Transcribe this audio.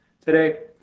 today